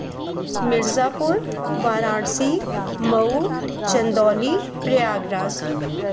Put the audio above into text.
Mirzapur Varanasi Mau Chandauli Prayagraj